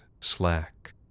slack